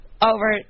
Over